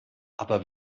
aber